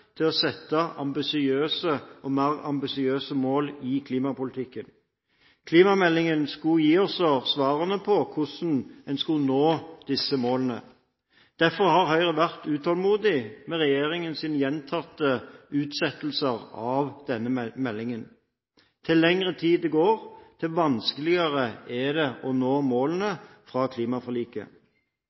satte oss mer ambisiøse mål i klimapolitikken. Klimameldingen skulle gi oss svarene på hvordan en skulle nå disse målene. Derfor har Høyre vært utålmodig med hensyn til regjeringens gjentatte utsettelser av denne meldingen. Jo lengre tid det går, jo vanskeligere er det å nå målene fra klimaforliket.